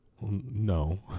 No